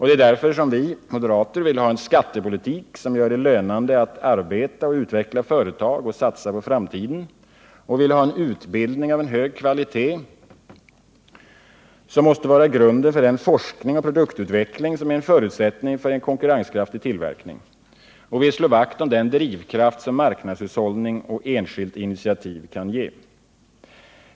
Det är därför som vi moderater vill ha en skattepolitik som gör det lönande att arbeta och utveckla företag och satsa på framtiden. Vi vill ha en utbildning av hög kvalitet, som måste vara grunden för den forskning och produktutveckling som är en förutsättning för en konkurrenskraftig tillverkning. Vi vill slå vakt om den drivkraft som marknadshushållning och enskilt initiativ kan ge.